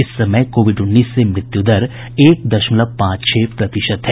इस समय कोविड उन्नीस से मृत्यु दर एक दशमलव पांच छह प्रतिशत है